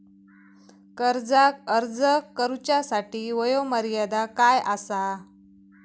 कर्जाक अर्ज करुच्यासाठी वयोमर्यादा काय आसा?